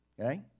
okay